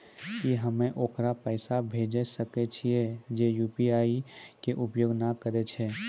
की हम्मय ओकरा पैसा भेजै सकय छियै जे यु.पी.आई के उपयोग नए करे छै?